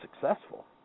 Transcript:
successful